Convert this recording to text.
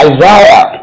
Isaiah